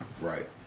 Right